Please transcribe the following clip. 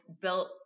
built